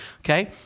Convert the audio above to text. okay